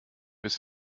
bis